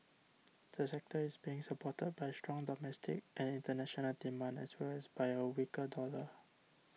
the sector is being supported by strong domestic and international demand as well as by a weaker dollar